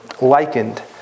likened